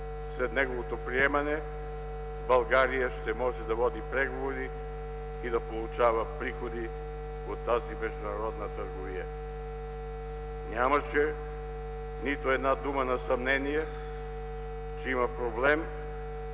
след неговото приемане България ще може да води преговори и да получава приходи от тази международна търговия. Нямаше нито една дума на съмнение, че има проблем,